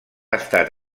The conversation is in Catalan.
estat